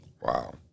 Wow